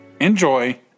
Enjoy